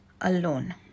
alone